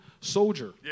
soldier